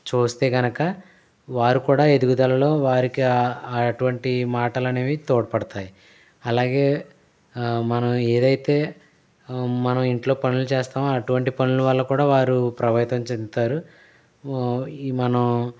చూస్తే కనుక వారు కూడా ఎదుగుదలలో వారికి అటువంటి మాటలు అనేవి తోడ్పడతాయి అలాగే మనం ఏదైతే మనం ఇంట్లో పనులు చేస్తాం అటువంటి పనులు వల్ల కూడా వారు ప్రభావితం చెందుతారు ఈ మనం